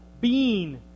bean